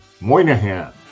Moynihan